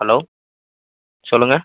hello சொல்லுங்கள்